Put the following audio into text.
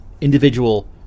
individual